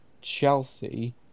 Chelsea